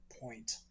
point